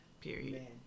period